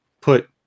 put